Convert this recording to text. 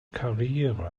karriere